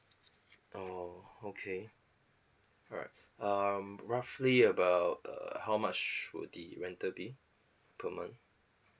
oh okay alright um roughly about err how much would the rental be per month